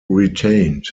retained